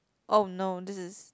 oh no this is